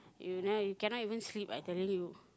you ne~ you cannot even sleep I tell you